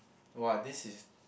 !wah! this is